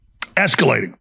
escalating